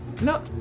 no